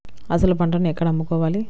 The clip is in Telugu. అసలు పంటను ఎక్కడ అమ్ముకోవాలి?